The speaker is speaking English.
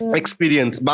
experience